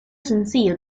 sencillo